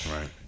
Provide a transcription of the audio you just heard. Right